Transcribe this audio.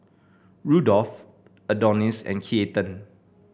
Rudolf Adonis and Keaton